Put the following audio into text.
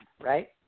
right